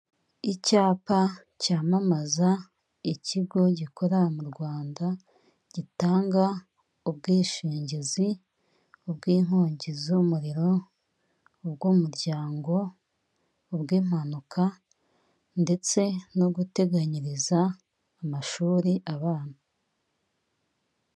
Icyapa cyamamaza ikigo gikorera mu Rwanda, gitanga ubwishingizi, ubw'inkongi z'umuriro, ubw'umuryango, ubw'impanuka, ndetse no guteganyiriza amashuri abana.